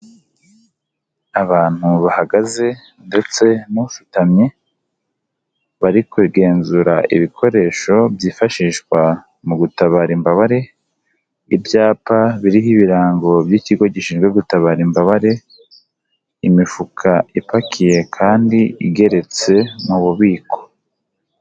Abantu bahagaze ndetse n'usutamye bari kugenzura ibikoresho byifashishwa mu gutabara imbabare, ibyapa biriho ibirango by'ikigo gishinzwe gutabara imbabare, imifuka ipakiye kandi igeretse mu bubiko.